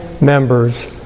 members